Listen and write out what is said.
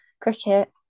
cricket